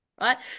right